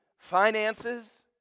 finances